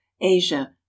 ASIA